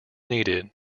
needed